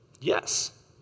yes